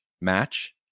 match